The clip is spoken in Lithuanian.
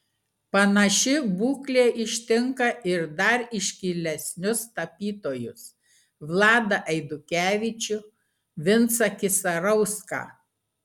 panaši būklė ištinka ir dar iškilesnius tapytojus vladą eidukevičių vincą kisarauską